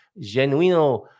Genuino